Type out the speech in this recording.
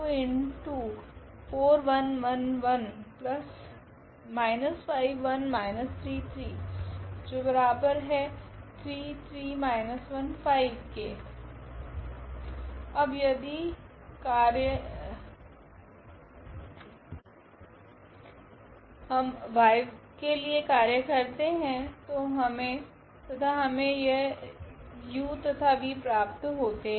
3 3 −1 5 अब यदि हम y के लिए कार्य करते है तो हमे यह u तथा v प्राप्त होते है